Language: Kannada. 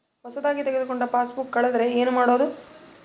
ಹೊಸದಾಗಿ ತೆಗೆದುಕೊಂಡ ಪಾಸ್ಬುಕ್ ಕಳೆದರೆ ಏನು ಮಾಡೋದು?